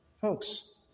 Folks